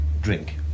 drink